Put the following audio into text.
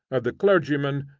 of the clergyman,